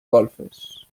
golfes